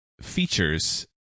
features